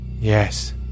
Yes